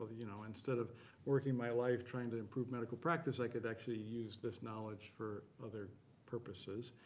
you know instead of working my life trying to improve medical practice, i could actually use this knowledge for other purposes.